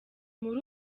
muri